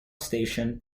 station